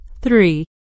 three